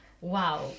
Wow